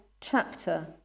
chapter